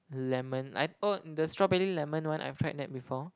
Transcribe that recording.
lemon I oh the strawberry lemon one I've tried that before